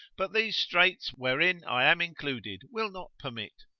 but these straits wherein i am included will not permit.